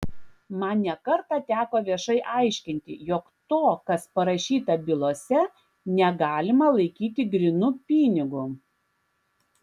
man ne kartą teko viešai aiškinti jog to kas parašyta bylose negalima laikyti grynu pinigu